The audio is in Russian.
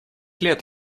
лет